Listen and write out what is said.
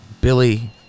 Billy